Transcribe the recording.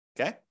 Okay